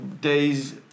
days